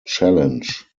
challenge